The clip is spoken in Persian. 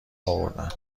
آوردن